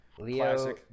leo